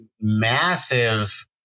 massive